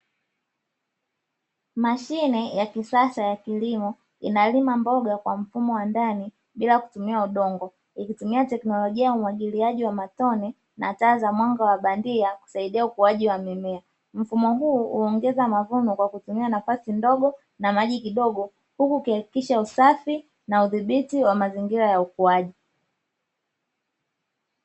Mashine ya kisasa ya kilimo inalima mboga kwa mfumo wa ndani bila kutumia udongo, ikitumia teknolojia ya umwagiliaji wa matone na taa za mwanga wa bandia kusaidia ukuaji wa mimea. Mfumo huu uongeza mavuno kwa kutumia nafasi ndogo na maji kidogo, huku ukihakikisha usafi na udhibiti wa mazingira ya ukuaji.